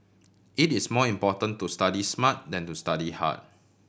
it is more important to study smart than to study hard